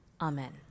amen